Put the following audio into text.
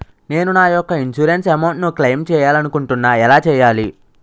నేను నా యెక్క ఇన్సురెన్స్ అమౌంట్ ను క్లైమ్ చేయాలనుకుంటున్నా ఎలా చేయాలి?